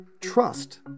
trust